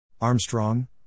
Armstrong